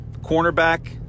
cornerback